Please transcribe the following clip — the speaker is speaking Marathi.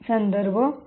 संदर्भ 1